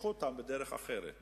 ייקחו אותן בדרך אחרת.